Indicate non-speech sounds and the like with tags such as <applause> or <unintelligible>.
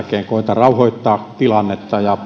rauhoittaa tilannetta ja <unintelligible>